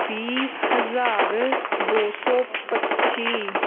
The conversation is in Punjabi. ਵੀਹ ਹਜ਼ਾਰ ਦੋ ਸੌ ਪੱਚੀ